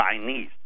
Chinese